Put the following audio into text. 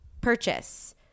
purchase